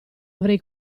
avrei